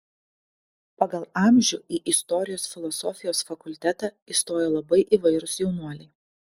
pagal amžių į istorijos filosofijos fakultetą įstojo labai įvairūs jaunuoliai